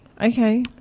Okay